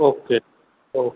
okay हो